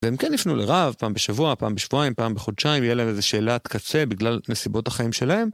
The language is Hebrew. והם כן יפנו לרב, פעם בשבוע, פעם בשבועיים, פעם בחודשיים, יהיה להם איזה שאלת קצה בגלל נסיבות החיים שלהם.